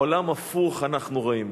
עולם הפוך אנחנו רואים.